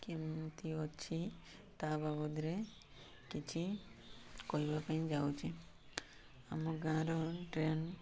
କେମିତି ଅଛି ତା ବାବଦରେ କିଛି କହିବା ପାଇଁ ଯାଉଛି ଆମ ଗାଁ'ର ଡ୍ରେନ୍